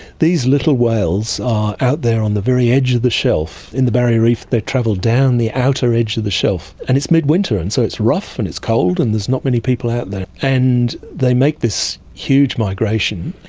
these little whales are out there on the very edge of the shelf in the barrier reef. they travel down on the outer edge of the shelf. and it's mid-winter and so it's rough and it's cold, and there's not many people out there. and they make this huge migration,